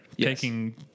Taking